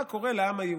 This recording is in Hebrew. מה קורה לעם היהודי?